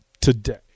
today